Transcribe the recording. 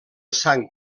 sang